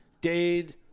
Dade